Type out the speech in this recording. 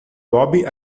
bobby